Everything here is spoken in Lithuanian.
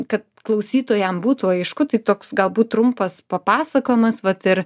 kad klausytojam būtų aišku tai toks galbūt trumpas papasakojimas vat ir